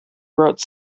wrote